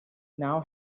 now